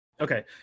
Okay